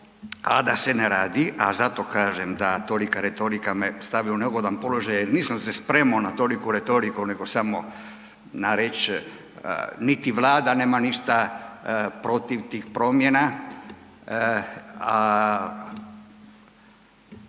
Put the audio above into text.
a da se ne radi, a zato kažem da tolika retorika me stavi u neugodan položaj jer nisam se spremao na toliku retoriku nego samo na reć niti Vlada nema ništa protiv tih promjena,